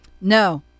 No